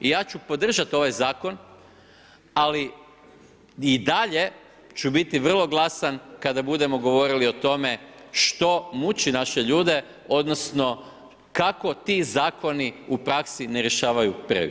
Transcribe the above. I ja ću podržati ovaj zakon, ali i dalje ću biti vrlo glasan kada budemo govorili o tome što muče naše ljude odnosno kako ti zakoni u praksi ne rješavaju previše.